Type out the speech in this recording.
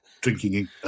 drinking